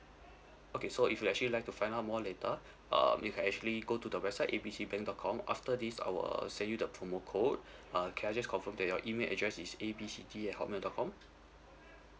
okay so if you actually like to find out more later um you can actually go to the website A B C bank dot com after this I'll send you the promo code uh can I just confirm that your email address is A B C D at hotmail dot com